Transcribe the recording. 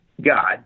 God